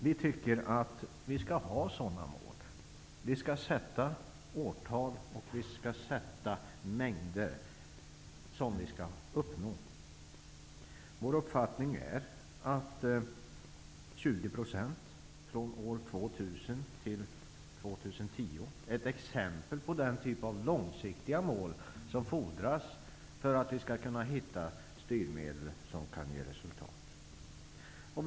Vi tycker att sådana mål skall sättas upp, i form av årtal och mängder som skall hållas. Vår uppfattning är att 20 % utsläppsminskning från år 2000 till år 2010 är ett exempel på den typ av långsiktiga mål som fordras för att vi skall kunna komma fram till styrmedel som kan ge resultat.